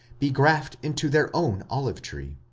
be graffed into their own olive tree?